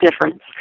difference